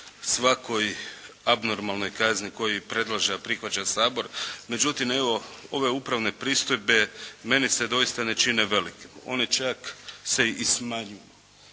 svakoj abnormalnoj kazni koju predlaže i prihvaća Sabor, međutim evo ove upravne pristojbe meni se doista ne čine velikim. One čak se i smanjuju